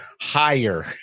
higher